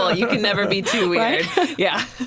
ah you can never be too weird. yeah